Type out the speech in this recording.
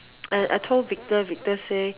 and I told Victor Victor say